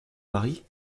marie